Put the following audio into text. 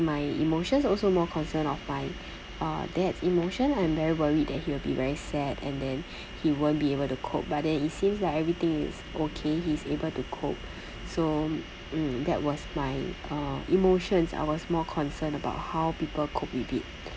my emotions also more concern of my uh dad's emotion I'm very worried that he will be very sad and then he won't be able to cope but then it seems like everything is okay he's able to cope so mm that was my uh emotions I was more concerned about how people cope with it